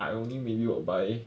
I only maybe will buy